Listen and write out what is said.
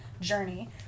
journey